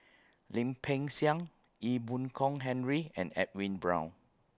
Lim Peng Siang Ee Boon Kong Henry and Edwin Brown